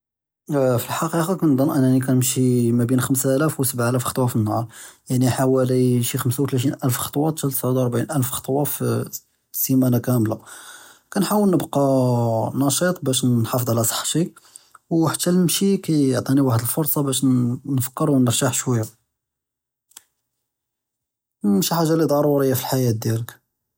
פאלחקיקה אנה כנמשי מאבין חמסה אלאף וסבע אלאף חטווא פלאנהאר יעני חוואלי שי חמסה ותלתין אלף חטווא תעתסעוד וואחד וורבעין אלף חטווא פלא אסימאנה כמלא כנחاول נבקא אה נשיט באש נחאפד עלא צחתי וחתי אלמשי כיעטיני וואחד אלפרצא באש ננפכר ונרתח שויה אה אה ומשי חאגה לי דרוריה פלאחיאת דיאלק.